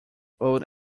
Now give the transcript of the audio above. old